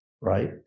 Right